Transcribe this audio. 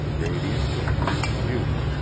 radiant in youth and beauty,